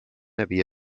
havia